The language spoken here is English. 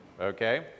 okay